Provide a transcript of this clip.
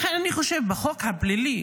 לכן אני חושב שבחוק הפלילי